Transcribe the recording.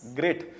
great